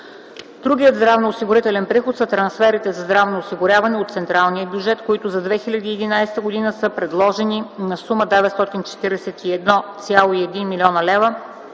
Другият здравноосигурителен приход са трансферите за здравно осигуряване от централния бюджет, които за 2011 г. са предложени на сума 941,1 млн. лв.,